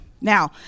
Now